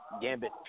Gambit